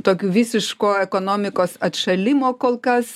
tokių visiško ekonomikos atšalimo kol kas